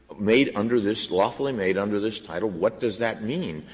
made under this lawfully made under this title. what does that mean?